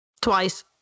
Twice